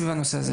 סביב הנושא הזה.